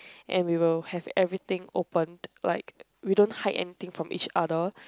and we will have everything opened like we don't hide anything from each other